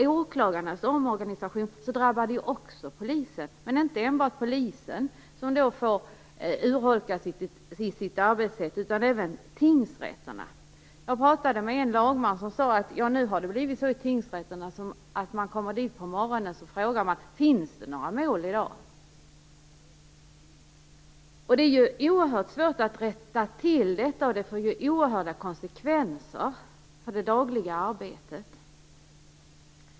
Åklagarnas omorganisation drabbar ju också polisen. Men det är inte enbart polisen som då får urholka sitt arbetssätt utan även tingsrätterna. Jag pratade med en lagman som sade att det nu har blivit så i tingsrätterna att man kommer dit på morgonen och frågar: Finns det några mål i dag? Det är oerhört svårt att rätta till detta. Det får ju oerhörda konsekvenser för det dagliga arbetet.